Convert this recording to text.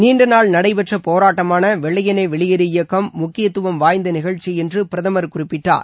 நீண்ட நாள் நடைபெற்ற போராட்டமான வெள்ளையனே வெளியேறு இயக்கம் முக்கியத்துவம் வாய்ந்த நிகழ்ச்சி என்று பிரதமர் குறிப்பிட்டார்